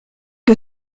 que